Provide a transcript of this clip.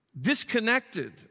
disconnected